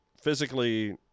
physically